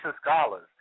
Scholars